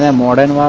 and more general ah